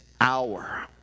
hour